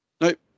Nope